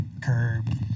curb